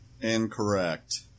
Incorrect